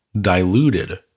diluted